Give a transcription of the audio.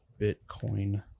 Bitcoin